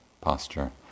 posture